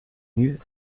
mieux